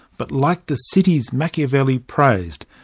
but like the cities machiavelli praised,